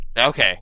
Okay